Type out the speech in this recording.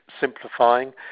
simplifying